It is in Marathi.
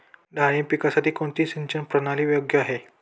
डाळिंब पिकासाठी कोणती सिंचन प्रणाली योग्य आहे?